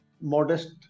modest